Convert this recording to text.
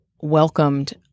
welcomed